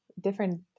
different